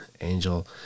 Angel